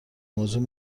موضوع